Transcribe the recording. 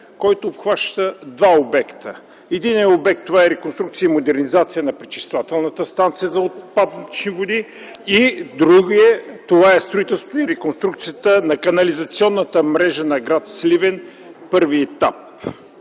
обхващащ два обекта. Първият обект е реконструкция и модернизация на пречиствателната станция за отпадни води, другият – строителството и реконструкцията на канализационната мрежа на гр. Сливен, първи етап.